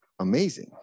amazing